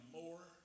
more